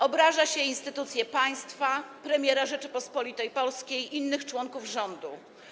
Obraża się instytucje państwowe, premiera Rzeczypospolitej Polskiej i innych członków rządu.